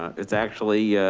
it's actually,